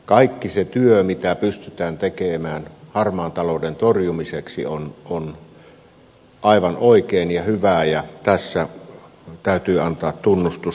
kaikki se työ mikä pystytään tekemään harmaan talouden torjumiseksi on aivan oikein ja hyvää ja tässä täytyy antaa tunnustus